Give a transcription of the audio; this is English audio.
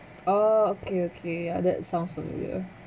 oh okay okay that sounds familiar